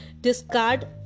discard